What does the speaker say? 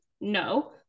No